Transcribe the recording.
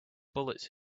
bullets